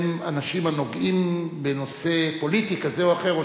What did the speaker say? הם אנשים הנוגעים בנושא פוליטי כזה או אחר או